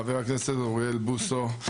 חבר הכנסת אוריאל בוסו,